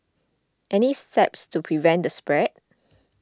any steps to prevent the spread